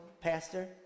pastor